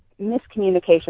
miscommunication